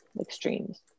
extremes